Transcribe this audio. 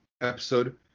episode